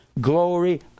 glory